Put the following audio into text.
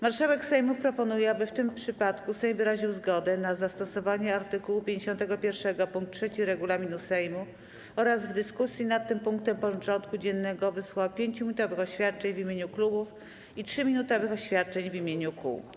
Marszałek Sejmu proponuje, aby w tym przypadku Sejm wyraził zgodę na zastosowanie art. 51 pkt 3 regulaminu Sejmu oraz w dyskusji nad tym punktem porządku dziennego wysłuchał 5-minutowych oświadczeń w imieniu klubów i 3-minutowych oświadczeń w imieniu kół.